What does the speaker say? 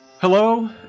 Hello